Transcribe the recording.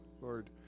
Lord